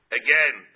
again